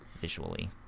visually